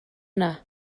yna